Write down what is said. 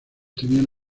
tenían